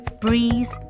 breeze